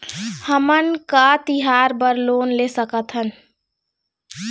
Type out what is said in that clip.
हमन का तिहार बर लोन ले सकथन?